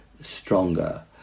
stronger